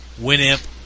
Winamp